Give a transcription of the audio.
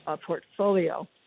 portfolio